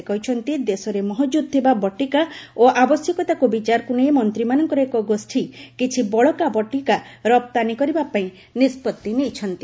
ସେ କହିଛନ୍ତି ଦେଶରେ ମହକୁଦ୍ ଥିବା ବଟିକା ଓ ଆବଶ୍ୟକତାକୁ ବିଚାରକୁ ନେଇ ମନ୍ତ୍ରୀମାନଙ୍କର ଏକ ଗୋଷ୍ଠୀ କିଛି ବଳକା ବଟିକା ରପ୍ତାନୀ କରିବାପାଇଁ ନିଷ୍ପଭି ନେଇଛନ୍ତି